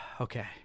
Okay